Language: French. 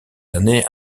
années